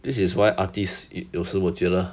this is why artist eat also